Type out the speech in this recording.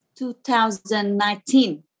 2019